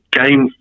game